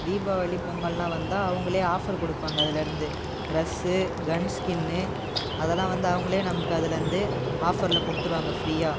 தீபாவளி பொங்கல்லாம் வந்தால் அவங்களே ஆஃபர் கொடுப்பாங்க அதிலிருந்து ட்ரஸ் கன்ஸ்கின்னு அதெல்லாம் வந்து அவங்களே நமக்கு அதிலிருந்து ஆஃபரில் கொடுத்துடுவாங்க ஃப்ரீயாக